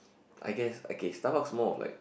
I guess okay Starbucks is more of like